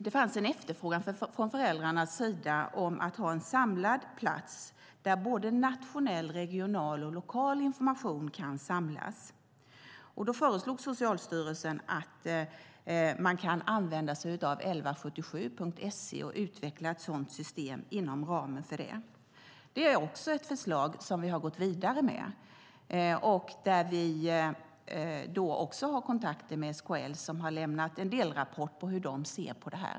Det fanns en efterfrågan från föräldrarnas sida att ha en samlad plats där såväl nationell som regional och lokal information kan samlas. Socialstyrelsen föreslog att man kan använda sig av 1177.se och utveckla ett sådant system inom ramen för det. Det är också ett förslag som vi har gått vidare med. Vi har kontakter med SKL, som har lämnat en delrapport på hur de ser på detta.